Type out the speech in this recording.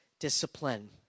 Discipline